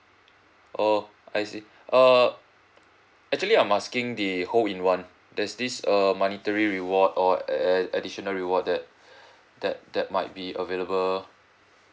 oh I see err actually I'm asking the whole in one there's this err monetary reward or a~ additional reward that that that might be available